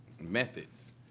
methods